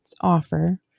offer